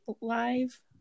live